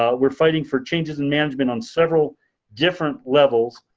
ah we're fighting for changes and management on several different levels.